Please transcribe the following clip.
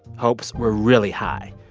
hopes were really high.